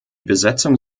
besetzung